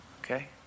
okay